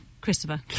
Christopher